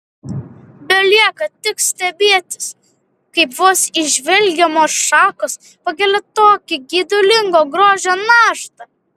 belieka tik stebėtis kaip vos įžvelgiamos šakos pakelia tokią geidulingo grožio naštą